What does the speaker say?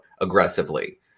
aggressively